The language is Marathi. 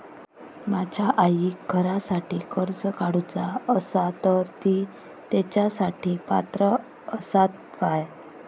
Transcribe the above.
माझ्या आईक घरासाठी कर्ज काढूचा असा तर ती तेच्यासाठी पात्र असात काय?